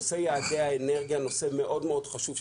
נושא יעדי האנרגיה הוא נושא מאוד חשוב.